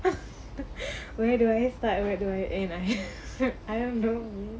where do I start where do I am I am though